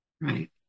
right